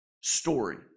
story